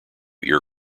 ear